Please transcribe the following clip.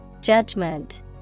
Judgment